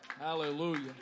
Hallelujah